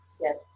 Yes